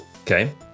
Okay